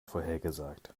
vorhergesagt